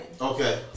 Okay